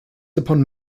upon